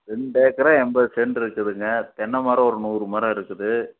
ரெண்டு ஏக்கரா எண்பது செண்ட் இருக்குதுங்க தென்னை மரம் ஒரு நூறு மரம் இருக்குது